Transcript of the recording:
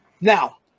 Now